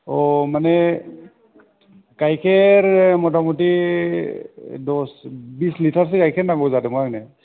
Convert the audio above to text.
अ माने गायखेर मथा मथि दस बिस लिटारसो गायखेर नांगौ जादोंमोन आंनो